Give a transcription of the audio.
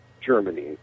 Germany